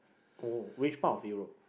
oh which part of Europe